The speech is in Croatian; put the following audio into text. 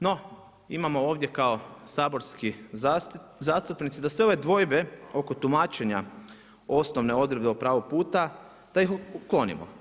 No, imamo ovdje kao saborski zastupnici, da se ove dvojbe oko tumačenja, osnovne odredbe o pravog puta, da ih uklonio.